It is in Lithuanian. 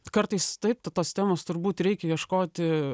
kartais taip ta tos temos turbūt reikia ieškoti